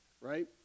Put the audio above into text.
right